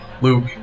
Luke